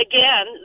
Again